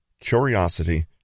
curiosity